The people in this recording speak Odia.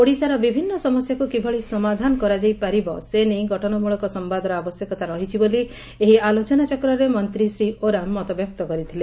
ଓଡ଼ିଶାର ବିଭିନ୍ନ ସମସ୍ୟାକୁ କିଭଳି ସମାଧାନ କରାଯାଇ ପାରିବ ସେ ନେଇ ଗଠନମୂଳକ ସମ୍ଧାଦର ଆବଶ୍ୟକତା ରହିଛି ବୋଲି ଏହି ଆଲୋଚନାଚକ୍ରରେ ମନ୍ତୀ ଶ୍ରୀ ଓରାମ ମତବ୍ୟକ୍ତ କରିଥିଲେ